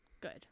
Good